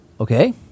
Okay